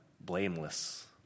blameless